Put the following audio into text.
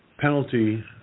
penalty